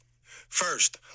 First